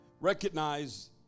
recognize